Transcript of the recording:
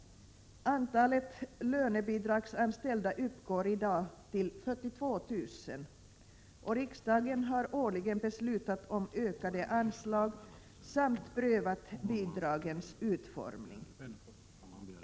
Antalet lönebidragsanställda uppgår i dag till 42 000, och riksdagen har årligen beslutat om ökade anslag samt prövat bidragens utformning.